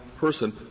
person